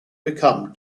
become